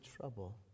trouble